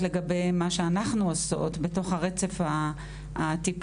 למה שאנחנו עושות בתוך הרצף הטיפולי,